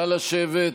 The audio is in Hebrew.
נא לשבת.